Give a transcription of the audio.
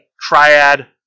triad